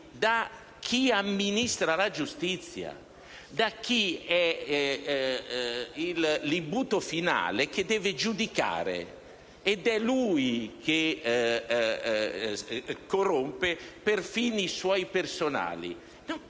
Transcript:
da chi amministra la giustizia, dall'imbuto finale che deve giudicare e che agisce per fini suoi personali?